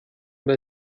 weil